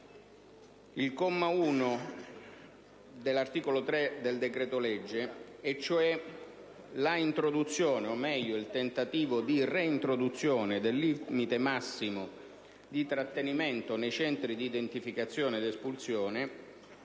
il comma 1 dell'articolo 3 del decreto-legge, cioè l'introduzione, o meglio il tentativo di reintroduzione del limite massimo di trattenimento nei Centri di identificazione ed espulsione